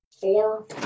four